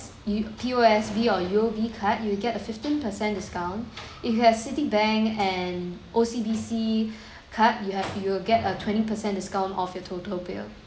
U~ P_O_S_B or U_O_B card you will get a fifteen percent discount if you have citibank and O_C_B_C card you have you will get a twenty percent discount off your total bill